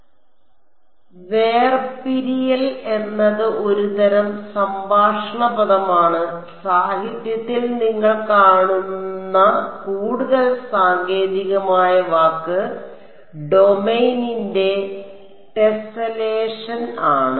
അതിനാൽ വേർപിരിയൽ എന്നത് ഒരുതരം സംഭാഷണ പദമാണ് സാഹിത്യത്തിൽ നിങ്ങൾ കാണുന്ന കൂടുതൽ സാങ്കേതികമായ വാക്ക് ഡൊമെയ്നിന്റെ ടെസെലേഷൻ ആണ്